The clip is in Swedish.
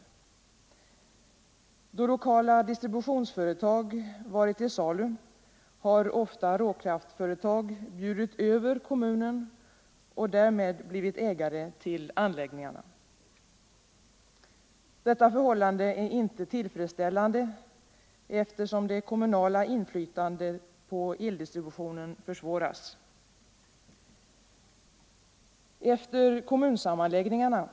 Då lokala — Nr 131 distributionsföretag varit till salu här. ofta råkraftföretag bjudit över kom Fredagen den munen och därmed blivit ägare till anläggningarna. Detta förhållande 29 november 1974 är inte tillfredsställande, eftersom det kommunala inflytandet på eldistributionen därigenom försvåras. Efter kommunsammanläggningarna är — Ang.